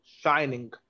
shining